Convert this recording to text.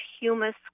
humus